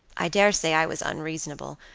i dare say i was unreasonable,